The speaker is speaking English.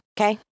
okay